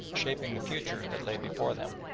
shaping the future that lay before them.